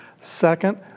Second